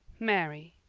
mary.